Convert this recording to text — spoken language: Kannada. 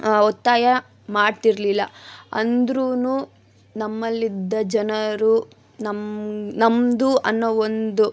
ಒತ್ತಾಯ ಮಾಡ್ತಿರಲಿಲ್ಲ ಅಂದ್ರೂ ನಮ್ಮಲ್ಲಿದ್ದ ಜನರು ನಮ್ಮ ನಮ್ಮದು ಅನ್ನೋ ಒಂದು